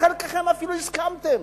חלקכם אפילו הסכמתם